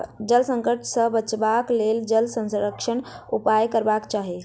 जल संकट सॅ बचबाक लेल जल संरक्षणक उपाय करबाक चाही